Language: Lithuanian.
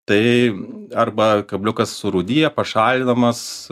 tai arba kabliukas surūdija pašalinamas